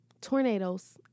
tornadoes